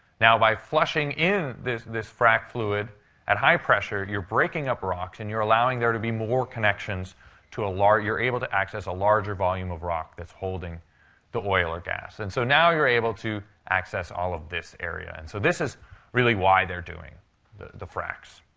now, by flushing in this this frac fluid at high pressure, you're breaking up rocks, and you're allowing there to be more connections to a you're able to access a larger volume of rock that's holding the oil or gas. and so now you're able to access all of this area. and so this is really why they're doing the the fracs.